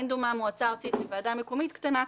אין דומה המועצה הארצית לוועדה מקומית קטנה.